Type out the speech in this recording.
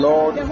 Lord